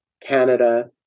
Canada